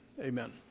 amen